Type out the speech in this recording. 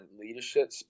leadership